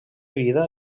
vida